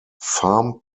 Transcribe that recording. farm